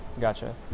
gotcha